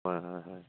হয় হয় হয়